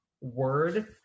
word